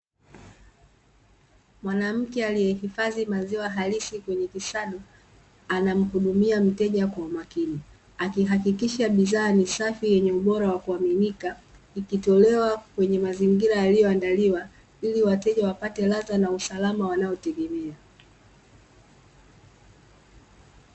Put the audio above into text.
Mwanamke aliyehifadhi maziwa halishi kwenye kisado, anamhudumia mteja kwa umakini. Akihakikisha bidhaa ni safi na yenye ubora wa kuaminika, ikitolewa kwenye mazingira yaliyoandaliwa, ili wateja wapate ladha na usalama wanaotegema.